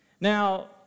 Now